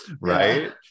right